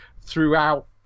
throughout